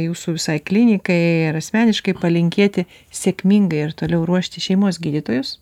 jūsų visai klinikai ir asmeniškai palinkėti sėkmingai ir toliau ruošti šeimos gydytojus